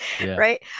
right